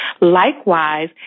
Likewise